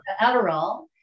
Adderall